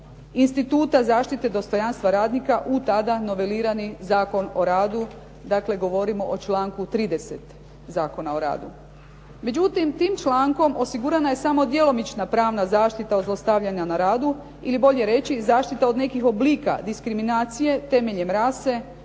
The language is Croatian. instituta zaštite, dostojanstva radnika u tada novelirani Zakon o radu, dakle govorim o članku 30. Zakona o radu. Međutim, tim člankom osigurana je samo djelomična pravna zaštita od zlostavljanja na radu ili bolje reći zaštita od nekih oblika diskriminacije temeljem rase,